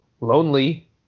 lonely